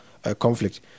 conflict